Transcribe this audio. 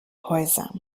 häuser